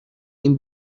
این